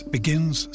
Begins